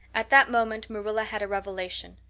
at that moment marilla had a revelation.